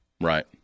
right